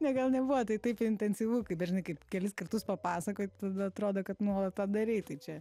ne gal nebuvo taip intensyvu kaip dar žinai kaip kelis kartus papasakoji tada atrodo kad nuolat tą darei tai čia